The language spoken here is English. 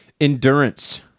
endurance